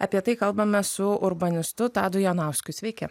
apie tai kalbame su urbanistu tadu jonausku sveiki